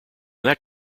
that